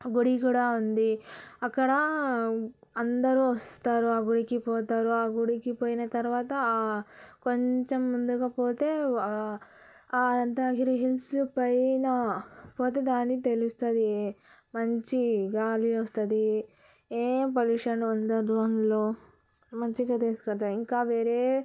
గుడి కూడా ఉంది అక్కడ అందరు వస్తారు ఆ గుడికి పోతారు ఆ గుడికి పోయిన తర్వాత కొంచెం ముందకు పోతే అనంతగిరి హిల్స్ పైన పోతే దాని తెలుస్తుంది మంచి గాలి వస్తుంది ఏ పొల్యూషన్ ఉండదు అందులో మంచిగా తీసుకు వెళ్తారు ఇంకా వేరే